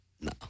No